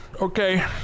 Okay